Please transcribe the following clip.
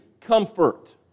comfort